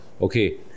Okay